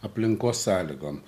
aplinkos sąlygom